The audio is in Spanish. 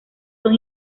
son